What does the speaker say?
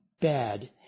bad